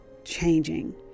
changing